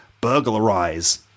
Burglarize